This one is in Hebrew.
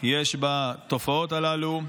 יש בתופעות הללו.